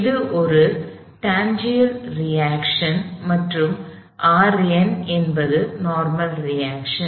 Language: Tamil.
இது ஒரு டான்சென்ஷியல் ரியாக்ஷன் மற்றும் Rn என்பது நார்மல் ரியாக்ஷன்